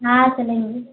हाँ चलेंगे